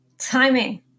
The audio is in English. timing